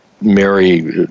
Mary